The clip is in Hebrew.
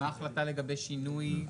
מה ההחלטה לגבי שינוי?